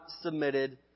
submitted